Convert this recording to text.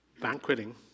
banqueting